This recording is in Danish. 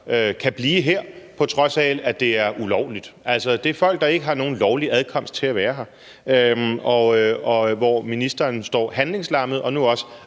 kan blive her, på trods af at det er ulovligt. Altså, det er folk, der ikke har nogen lovlig adkomst til at være her. Ministeren står handlingslammet og afviser